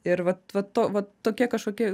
ir vat vat to vat tokie kažkokie